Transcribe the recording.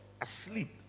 asleep